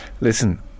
listen